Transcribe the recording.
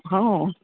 હં